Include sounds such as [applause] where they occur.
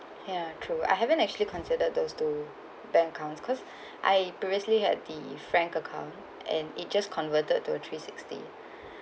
ya true I haven't actually consider those two bank account because [breath] [breath] I previously had the frank account and it just converted to a three sixty [breath]